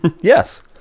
yes